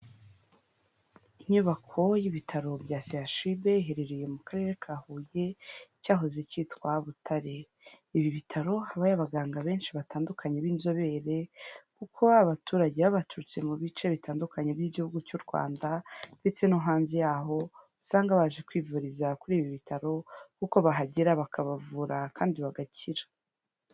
Inyubako y'ibitaro bya CHUB, iherereye mu karere ka Huye, mu cyahoze kitwa Butare. Ibi bitaro habayo abaganga benshi batandukanye b'inzobere, kuko abaturage baba baturutse mu bice bitandukanye by'igihugu cy'u Rwanda ndetse no hanze yaho, usanga baje kwivuriza kuri ibi bitaro, kuko bahagera bakabavura kandi bagakira.